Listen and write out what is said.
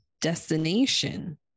destination